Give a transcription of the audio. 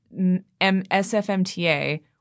SFMTA